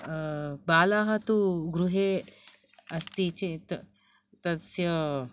बालाः तु गृहे अस्ति चेत् तस्य